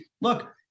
Look